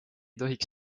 tohiks